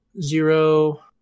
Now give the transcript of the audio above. Zero